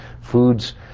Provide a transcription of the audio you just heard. foods